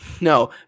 No